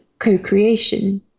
co-creation